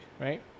Right